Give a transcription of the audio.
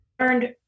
learned